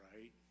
right